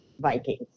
Vikings